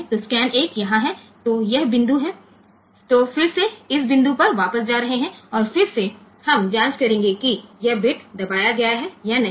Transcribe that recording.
તો સ્કેન 1 અહીં છે તેથી આ નિર્દેશ કરે કે તે ફરીથી આ બિંદુ પર જશે અને ફરીથી આપણે તપાસ કરીશું કે આ બીટ દબાયેલ છે કે નહીં